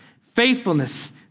faithfulness